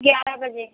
گیارہ بجے